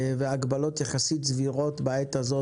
והגבלות יחסית סבירות בעת הזאת.